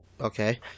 Okay